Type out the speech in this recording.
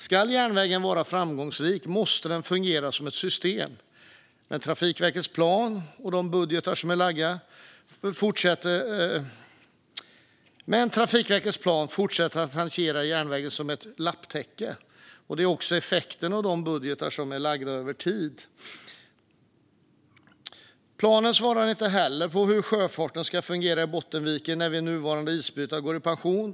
Ska järnvägen vara framgångsrik måste den fungera som ett system, men Trafikverkets plan fortsätter att hantera järnvägen som ett lapptäcke. Det är också effekten av de budgetar som är lagda över tid. Planen svarar inte heller på hur sjöfarten ska fungera i Bottenviken när våra nuvarande isbrytare går i pension.